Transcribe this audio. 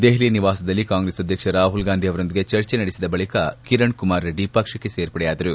ದೆಹಲಿಯ ನಿವಾಸದಲ್ಲಿ ಕಾಂಗ್ರೆಸ್ ಅಧ್ಯಕ್ಷ ರಾಹುಲ್ ಗಾಂಧಿ ಅವರೊಂದಿಗೆ ಚರ್ಚೆ ನಡೆಸಿದ ಬಳಿಕ ಕಿರಣ್ ಕುಮಾರ್ ರೆಡ್ಡಿ ಪಕ್ಷಕ್ಕೆ ಸೇರ್ಪಡೆಯಾದರು